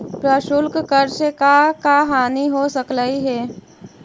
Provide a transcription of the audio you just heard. प्रशुल्क कर से का का हानि हो सकलई हे